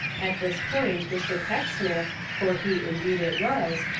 at this point mr. pecksniff, for he indeed it was,